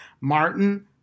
Martin